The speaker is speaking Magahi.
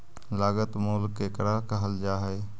लागत मूल्य केकरा कहल जा हइ?